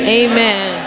amen